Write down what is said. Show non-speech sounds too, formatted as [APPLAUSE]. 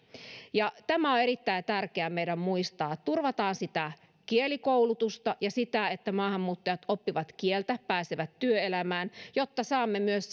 ja tämä on erittäin tärkeä meidän muistaa turvataan sitä kielikoulutusta ja sitä että maahanmuuttajat oppivat kieltä pääsevät työelämään jotta saamme myös [UNINTELLIGIBLE]